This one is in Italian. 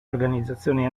organizzazioni